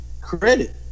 credit